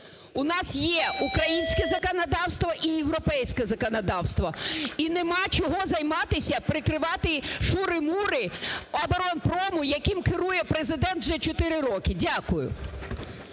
У нас є українське законодавство і європейське законодавство, і нема чого займатися, прикривати шури-мури оборонпрому, яким керує Президент вже чотири року. Дякую.